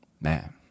Man